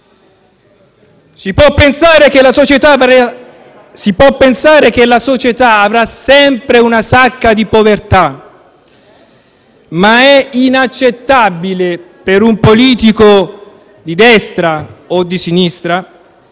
Si può pensare che la società avrà sempre una sacca di povertà, ma è inaccettabile per un politico, di destra o di sinistra,